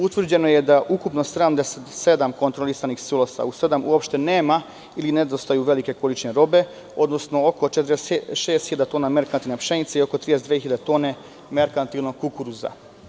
Utvrđeno je da u ukupno naspram 77 kontrolisanih silosa u sedam uopšte nema ili nedostaju velike količine robe, odnosno oko 46.000 tona merkantilne pšenice i oko 32.000 tone merkantilnog kukuruza.